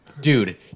Dude